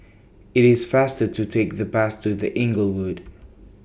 IT IS faster to Take The Bus to The Inglewood